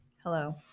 Hello